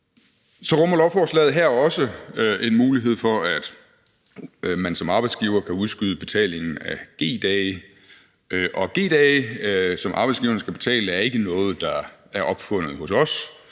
Så rummer lovforslaget her også en mulighed for, at man som arbejdsgiver kan udskyde betalingen af G-dage, og G-dage, som arbejdsgiverne skal betale, er ikke noget, der er opfundet hos os,